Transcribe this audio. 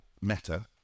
Meta